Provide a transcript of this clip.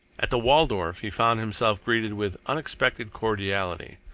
at the waldorf he found himself greeted with unexpected cordiality.